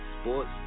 sports